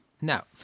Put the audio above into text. Now